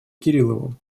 кириллову